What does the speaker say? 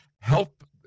help